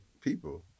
people